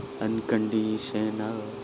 unconditional